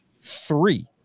three